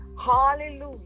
hallelujah